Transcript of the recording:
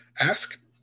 ask